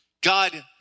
god